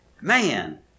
Man